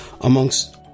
amongst